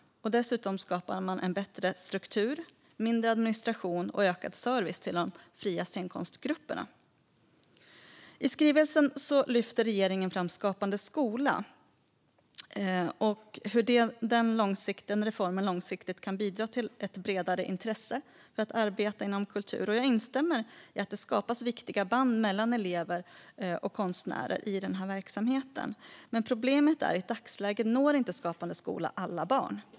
Dessutom skapar man en bättre struktur, mindre administration och ökad service till de fria scenkonstgrupperna. I skrivelsen lyfter regeringen fram reformen Skapande skola och hur den långsiktigt kan bidra till ett bredare intresse för att arbeta inom kultur. Och jag instämmer i att det skapas viktiga band mellan elever och konstnärer i den här verksamheten. Men problemet är att i dagsläget når inte Skapande skola alla barn.